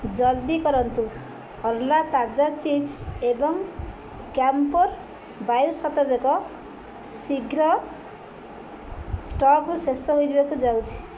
ଜଲଦି କରନ୍ତୁ ଅର୍ଲା ତାଜା ଚିଜ୍ ଏବଂ କ୍ୟାମ୍ପ୍ୟୋର୍ ବାୟୁ ସତେଜକ ଶୀଘ୍ର ଷ୍ଟକ୍ରୁ ଶେଷ ହୋଇଯିବାକୁ ଯାଉଛି